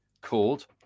called